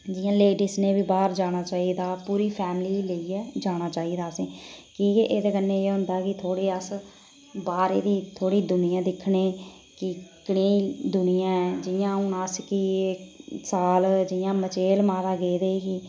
जि'यां लेडीज़ ने बी बाहर जाना चाहिदा पूरी फैमिली गी लेइयै जाना चाहिदा असें की के एह्दे कन्नै एह् होंदा कि थोह्ड़े अस बाहरै दी थोह्ड़ी दुनियां दिक्खने कि कनेही दुनियां ऐ जि'यां हून अस पिच्छले साल मचैल माता गेदे हे